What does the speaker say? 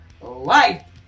life